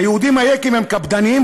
"היהודים היקים הם קפדניים,